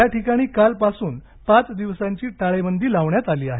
याठिकाणी कालपासून पाच दिवसांची टाळेबंदी लावण्यात आली आहे